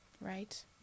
Right